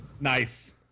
Nice